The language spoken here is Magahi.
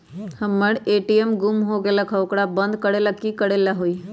हमर ए.टी.एम गुम हो गेलक ह ओकरा बंद करेला कि कि करेला होई है?